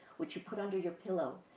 which you put under your pillow.